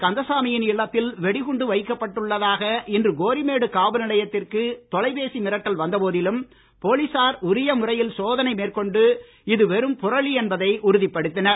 கந்தசாமியின் இல்லத்தில் வெடிகுண்டு வைக்கப்பட்டுள்ளதாக இன்று கோரிமேடு காவல் நிலையத்திற்கு தொலைபேசி மிரட்டல் வந்தபோதிலும் போலீசார் உரிய முறையில் சோதனை மேற்கொண்டு இது வெறும் புரளி என்பதை உறுதிப்படுத்தினர்